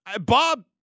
Bob